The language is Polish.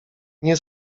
nie